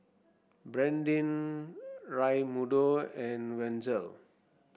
Brandin Raymundo and Wenzel